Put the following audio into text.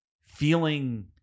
feeling